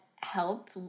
help